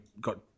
got